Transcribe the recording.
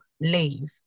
leave